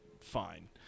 fine